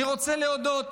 אני רוצה להודות